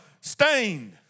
stained